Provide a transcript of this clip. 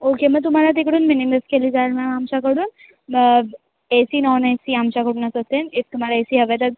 okay मग तुम्हाला तिकडून मिनिबस केली जाणार आमच्याकडून A C non A C आमच्याकडूनच असेल इफ तुम्हाला ए सी हवे तर